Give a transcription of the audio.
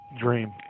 dream